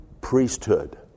priesthood